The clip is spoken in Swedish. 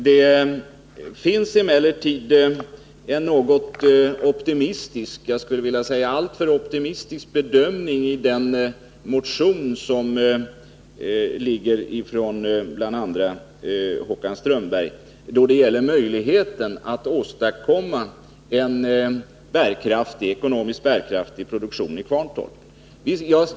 Det finns emellertid en något optimistisk, jag skulle vilja säga alltför optimistisk, bedömning i den motion som har väckts av bl.a. Håkan Strömberg då det gäller möjligheten att åstadkomma en ekonomiskt bärkraftig produktion i Kvarntorp.